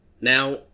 Now